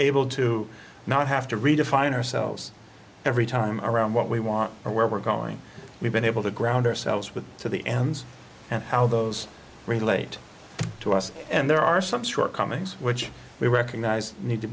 able to not have to redefine ourselves every time around what we want or where we're going we've been able to ground ourselves with to the ems and how those relate to us and there are some shortcomings which we recognise need to